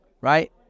Right